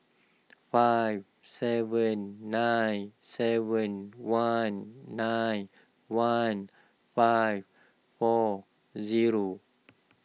five seven nine seven one nine one five four zero